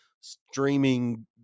streaming